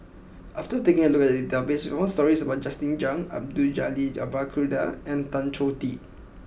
after taking a look at the database we found stories about Justin Zhuang Abdul Jalil Abdul Kadir and Tan Choh Tee